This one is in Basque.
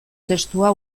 testua